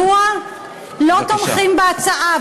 מדוע לא תומכים בהצעה,